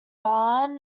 barn